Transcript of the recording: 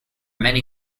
many